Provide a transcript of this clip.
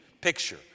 Picture